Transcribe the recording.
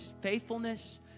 Faithfulness